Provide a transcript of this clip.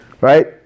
right